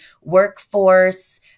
workforce